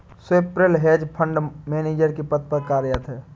Swapnil hedge fund manager के पद पर कार्यरत है